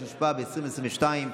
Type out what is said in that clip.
התשפ"ב 2022,